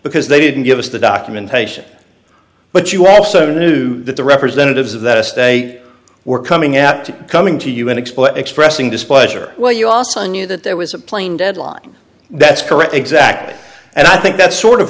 because they didn't give us the documentation but you also knew that the representatives of the day were coming out to coming to you and explain expressing displeasure well you also knew that there was a plane deadline that's correct exactly and i think that's sort of